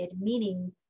meaning